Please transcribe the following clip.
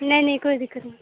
نہیں نہیں کوئی دکت نہیں